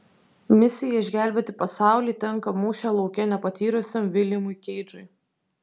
misija išgelbėti pasaulį tenka mūšio lauke nepatyrusiam viljamui keidžui